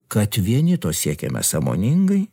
kad vieni to siekiame sąmoningai